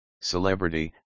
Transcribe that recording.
celebrity